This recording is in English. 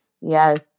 Yes